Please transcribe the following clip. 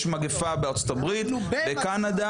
יש מגפה בארצות הברית, בקנדה.